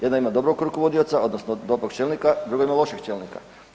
Jedna ima dobrog rukovodioca, odnosno dobrog čelnika druga ima lošeg čelnika.